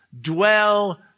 dwell